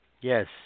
Yes